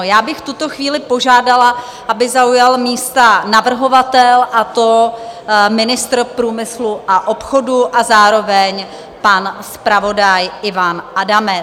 Já bych v tuto chvíli požádala, aby zaujal místa navrhovatel, a to ministr průmyslu a obchodu, a zároveň pan zpravodaj Ivan Adamec.